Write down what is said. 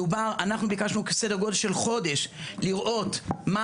אנחנו ביקשנו סדר גודל של חודש לראות מה